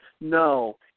No